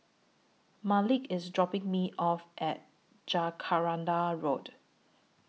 Malik IS dropping Me off At Jacaranda Road